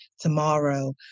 tomorrow